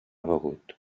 begut